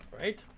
right